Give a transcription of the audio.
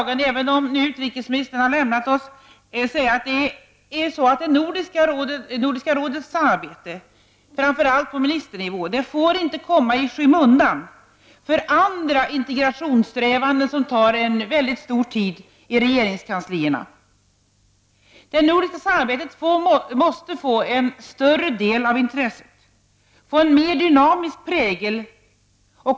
Utrikesministern har nu lämnat kammaren. Men jag skulle vilja säga att samarbetet i Nordiska rådet, framför allt på ministernivå, inte får komma i skymundan för andra integrationssträvanden som tar väldigt mycket tid i anspråk i regeringskanslierna. Det nordiska samarbetet måste tillmätas ett större intresse. Det måste få en mera dynamisk prägel.